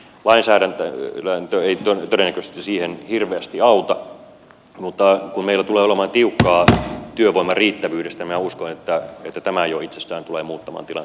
lainsäädäntö ei todennäköisesti siihen hirveästi auta mutta kun meillä tulee olemaan tiukkaa työvoiman riittävyydestä minä uskon että tämä jo itsestään tulee muuttamaan tilannetta